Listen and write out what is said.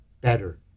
better